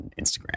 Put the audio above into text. Instagram